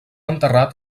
enterrat